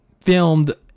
filmed